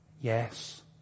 yes